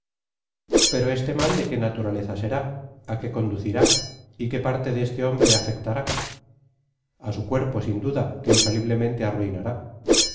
pero este mal de qué naturaleza será á qué conducirá y qué parte de este hombre afectará a su cuerpo sin duda que infaliblemente